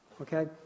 Okay